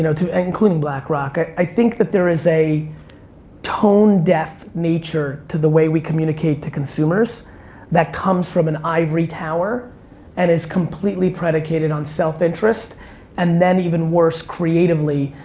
you know including blackrock. i think that there is a tone-deaf nature to the way we communicate to consumers that comes from an ivory tower and is completely predicated on self-interest and then, even worse creatively,